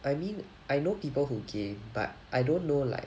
I mean I know people who game but I don't know like